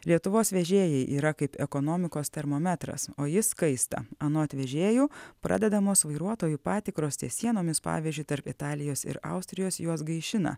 lietuvos vežėjai yra kaip ekonomikos termometras o jis kaista anot vežėjų pradedamos vairuotojų patikros ties sienomis pavyzdžiui tarp italijos ir austrijos juos gaišina